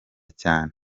cyane